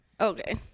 Okay